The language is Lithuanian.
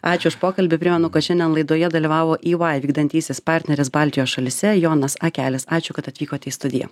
ačiū už pokalbį primenu kad šiandien laidoje dalyvavo ey vykdantysis partneris baltijos šalyse jonas akelis ačiū kad atvykote į studiją